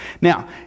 Now